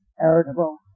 irritable